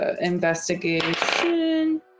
investigation